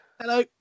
hello